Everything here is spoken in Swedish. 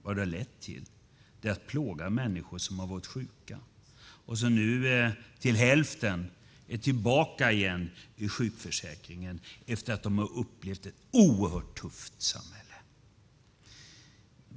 Vad de lett till är att människor plågas som varit sjuka och som nu efter att ha upplevt ett oerhört tufft samhälle till hälften är tillbaka igen i sjukförsäkringen.